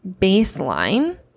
baseline